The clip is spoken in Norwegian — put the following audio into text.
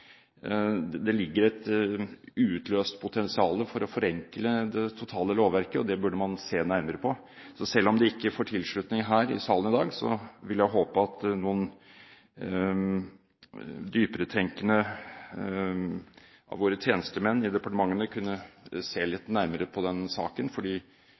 forenkle det totale lovverket, og det burde man se nærmere på. Så selv om det ikke får tilslutning her i salen i dag, vil jeg håpe at noen dyperetenkende av våre tjenestemenn i departementene kunne se litt nærmere på den saken,